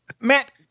Matt